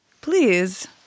please